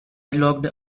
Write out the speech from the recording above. locked